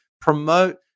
promote